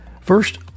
First